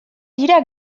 dira